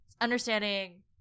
understanding